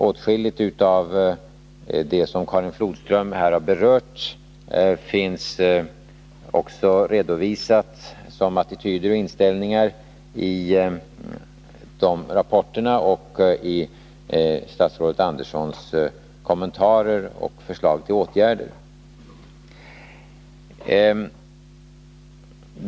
Åtskilligt av det som Karin Flodström här har berört finns också redovisat som attityder och inställningar i de rapporterna samt i statsrådet Anderssons kommentarer och förslag till åtgärder.